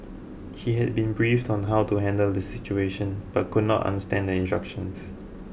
he had been briefed on how to handle the situation but could not understand the instructions